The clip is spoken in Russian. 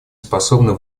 способна